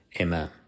Amen